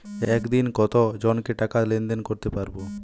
একদিন কত জনকে টাকা লেনদেন করতে পারবো?